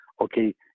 okay